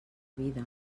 vida